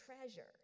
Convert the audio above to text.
treasure